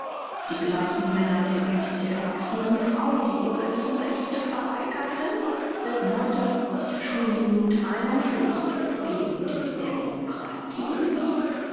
die gleichen männer die einst der erwachsenen frau die bürgerlichen rechte verweigerten bilden heute aus der schuljugend einen stoßtrupp gegen die demokratie